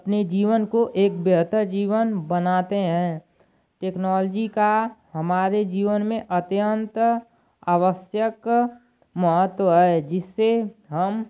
अपने जीवन को एक बेहतर जीवन बनाते हैं टेक्नॉलजी का हमरे जीवन में अत्यंत आवशयक महत्व है जिस से हम जीव